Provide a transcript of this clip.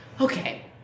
okay